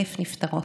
1,000 נפטרות.